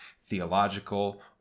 theological